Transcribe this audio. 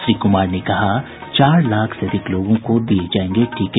श्री कुमार ने कहा चार लाख से अधिक लोगों को दिये जायेंगे टीके